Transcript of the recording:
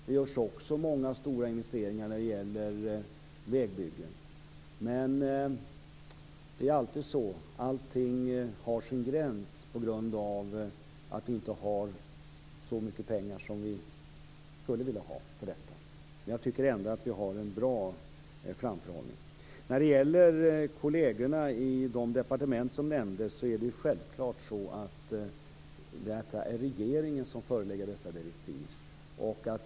Det görs också många stora investeringar när det gäller vägbyggen. Men det finns ju alltid en gräns på grund av att vi inte har så mycket pengar som vi skulle vilja ha för detta. Jag tycker ändå att vi har en bra framförhållning. När det gäller kollegerna i de departement som nämndes är det självfallet regeringen som förelägger dessa direktiv.